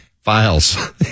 files